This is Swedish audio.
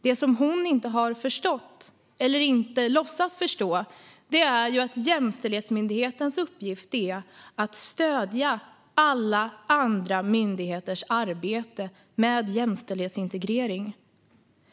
Det som hon inte har förstått, eller inte låtsas förstå, är att Jämställdhetsmyndighetens uppgift är att stödja alla andra myndigheters arbete med jämställdhetsintegrering.